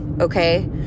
Okay